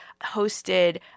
hosted